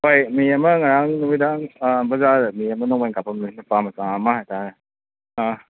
ꯍꯣꯏ ꯃꯤ ꯑꯃ ꯉꯔꯥꯡ ꯅꯨꯃꯤꯗꯥꯡ ꯕꯖꯥꯔꯗ ꯃꯤ ꯑꯃ ꯅꯣꯡꯃꯩꯅ ꯀꯥꯄꯝꯃꯦ ꯅꯨꯄꯥ ꯃꯆꯥ ꯑꯃ ꯍꯥꯏꯇꯥꯔꯦ ꯑꯥ